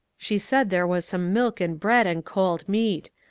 she said there was some milk and bread and cold meat.